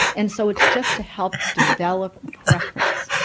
and so it's just to help develop a preference.